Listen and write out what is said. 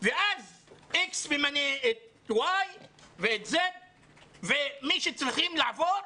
ואז X ממנה אתY ואתZ ומי שצריכים לעבור,